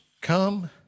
Come